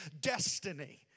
destiny